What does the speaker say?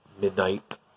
midnight